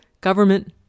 government